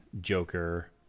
Joker